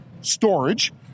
storage